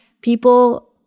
people